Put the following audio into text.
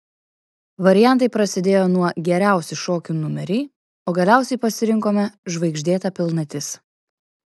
variantai prasidėjo nuo geriausi šokių numeriai o galiausiai pasirinkome žvaigždėta pilnatis